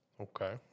Okay